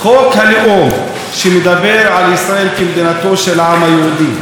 חוק הלאום, שמדבר על ישראל כמדינתו של העם היהודי,